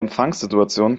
empfangssituation